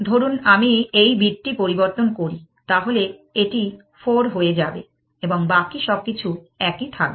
ধরুন আমি এই বিটটি পরিবর্তন করি তাহলে এটি 4 হয়ে যাবে এবং বাকি সবকিছু একই থাকবে